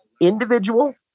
individual